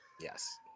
yes